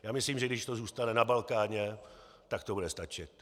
Já myslím, že když to zůstane na Balkáně, tak to bude stačit.